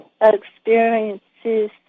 Experiences